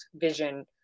vision